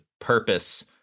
purpose